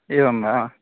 एवं वा